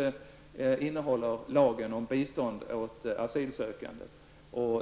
Detta ersättningssystem består dels av lagen om bistånd åt asylsökande,